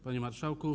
Panie Marszałku!